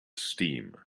steam